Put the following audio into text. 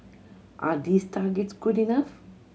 are these targets good enough